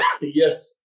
Yes